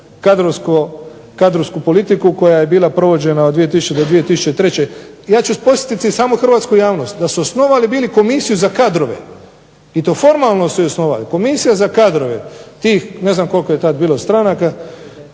kadrovsku politiku koja je bila provođena od 2000. do 2003. Ja ću podsjetiti Hrvatsku javnost da su bili osnovali komisiju za kadrove, i to formalno osnovali, i ne znam koliko je tada bilo stranaka,